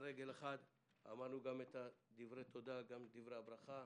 על רגל אחת אמרנו גם את דברי התודה וגם את דברי הברכה.